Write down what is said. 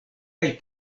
kaj